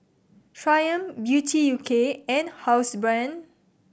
Triumph Beauty U K and Housebrand